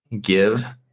give